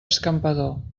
escampador